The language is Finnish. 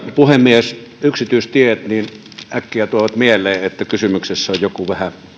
puhemies yksityistiet äkkiä tuovat mieleen että kysymyksessä on joku